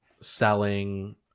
selling